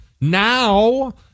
Now